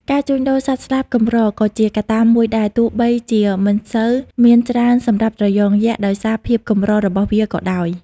ការជួញដូរសត្វស្លាបកម្រក៏ជាកត្តាមួយដែរ ទោះបីជាមិនសូវមានច្រើនសម្រាប់ត្រយងយក្សដោយសារភាពកម្ររបស់វាក៏ដោយ។